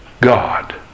God